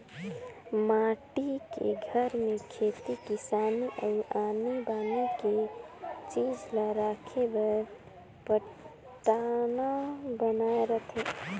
माटी के घर में खेती किसानी अउ आनी बानी के चीज ला राखे बर पटान्व बनाए रथें